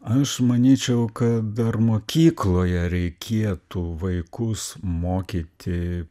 aš manyčiau kad dar mokykloje reikėtų vaikus mokyti